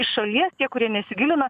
iš šalies tie kurie nesigilina